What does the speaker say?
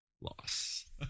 loss